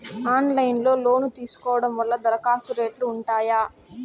Online లో loan తీసుకోవడం వల్ల దరఖాస్తు రేట్లు ఉంటాయా?